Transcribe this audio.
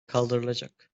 kaldırılacak